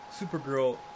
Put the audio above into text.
Supergirl